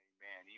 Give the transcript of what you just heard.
Amen